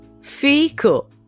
Fico